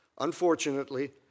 Unfortunately